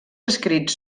escrits